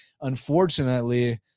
unfortunately